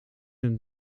het